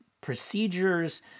procedures